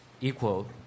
equal